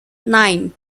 nine